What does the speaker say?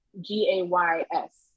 g-a-y-s